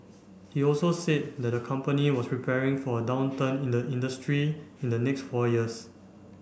he also said that the company was preparing for a downturn in the industry in the next four years